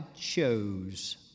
chose